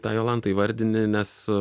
tą jolantą įvardini nes